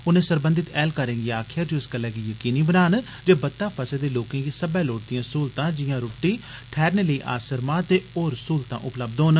उनें सरबधत ऐहलकारें गी आखेआ जे ओह इस गल्लै गी यकीनी बनान जे बता फसे दे लोकें गी सब्बै लोड़चदिआ स्हूलता जिआ रूट्टी ठैहरने लेई आसरमा ते होर स्हूलता उपलब्ध होन